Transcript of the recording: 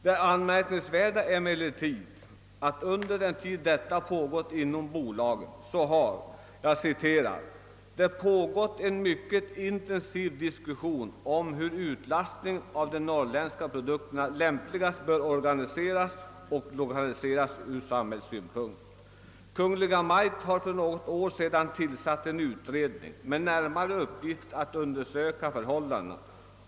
Det anmärkningsvärda är emellertid att det under den tid detta pågått inom bolaget har, såsom det heter, »det pågått en mycket intensiv diskussion om hur urlastningen av de norrländska produkterna lämpligast bör organiseras och lokaliseras ur samhällelig synpunkt». Kungl. Maj:t har för något år sedan tillsatt en utredning med uppgift att närmare undersöka förhållandena.